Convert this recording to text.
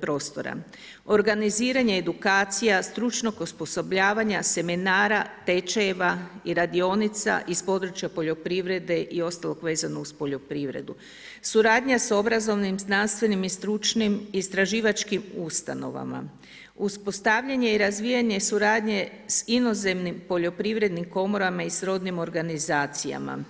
prostora, organiziranje edukacija, stručnog osposobljavanja, seminara, tečajeva i radionica iz područja poljoprivrede i ostalog vezanog uz poljoprivredu, suradnja s obrazovnim, znanstvenim i stručnim istraživačkim ustanovama, uspostavljanje i razvijanje suradnje sa inozemnim poljoprivrednim komorama i srodnim organizacijama.